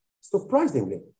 surprisingly